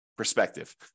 Perspective